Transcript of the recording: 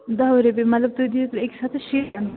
دَہ وُہ رۄپیہِ مطلب تۄہہِ دِیو أکِس ہَتس شیٖتن